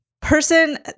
Person